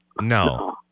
No